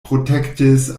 protektis